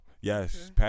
Yes